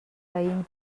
raïm